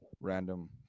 random